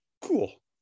Cool